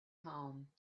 home